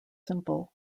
simple